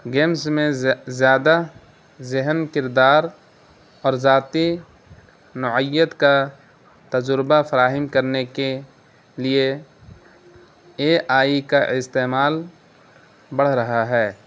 games میں زیادہ ذہن کردار اور ذاتی نوعیت کا تجربہ فراہم کرنے کے لیے اے آئی کا استعمال بڑھ رہا ہے